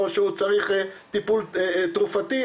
או שהוא צריך טיפול תרופתי,